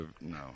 no